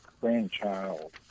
grandchild